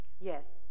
Yes